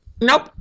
nope